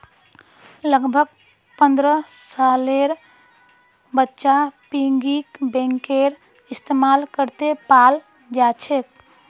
लगभग पन्द्रह सालेर बच्चा पिग्गी बैंकेर इस्तेमाल करते पाल जाछेक